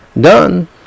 done